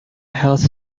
health